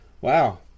wow